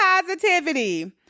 Positivity